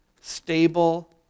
stable